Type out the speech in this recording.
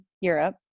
Europe